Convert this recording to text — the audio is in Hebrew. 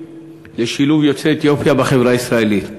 לשילוב יוצאי אתיופיה בחברה הישראלית.